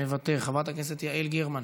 מוותר, חברת הכנסת יעל גרמן,